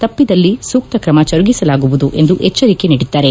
ತಪ್ಪಿದ್ದಲ್ಲಿ ಸೂಕ್ತ ಕ್ರಮ ಜರುಗಿಸಲಾಗುವುದು ಎಂದು ಎಚ್ಚರಿಕೆ ನೀಡಿದ್ದಾರೆ